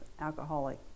alcoholic